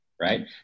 right